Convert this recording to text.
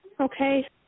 Okay